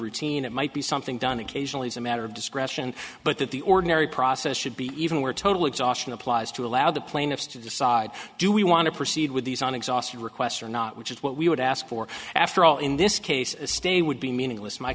routine it might be something done occasionally as a matter of discretion but that the ordinary process should be even where total exhaustion applies to allow the plaintiffs to decide do we want to proceed with these on exhausted requests or not which is what we would ask for after all in this case a stay would be meaningless my